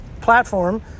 platform